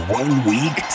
one-week